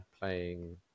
playing